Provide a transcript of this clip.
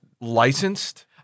licensed